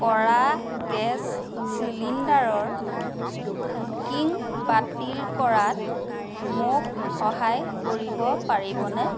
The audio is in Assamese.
কৰা গেছ চিলিণ্ডাৰৰ বুকিং বাতিল কৰাত মোক সহায় কৰিব পাৰিবনে